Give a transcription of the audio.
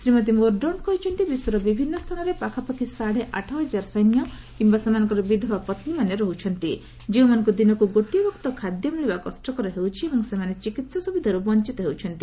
Shrimati Mordaunt କହିଛନ୍ତି ବିଶ୍ୱର ବିଭିନ୍ନ ସ୍ଥାନରେ ପାଖାପାଖି ସାଢ଼େ ଆଠହଜାର ସୈନ୍ୟ କିମ୍ବା ସେମାନଙ୍କର ବିଧବା ପତ୍ନୀମାନେ ରହୁଛନ୍ତି ଯେଉଁମାନଙ୍କୁ ଦିନକୁ ଗୋଟିଏ ବକ୍ତ ଖାଦ୍ୟ ମିଳିବା କଷ୍ଟକର ହେଉଛି ଏବଂ ସେମାନେ ଚିକିତ୍ସା ସେବାର୍ ବଞ୍ଚିତ ହେଉଛନ୍ତି